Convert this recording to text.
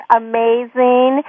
amazing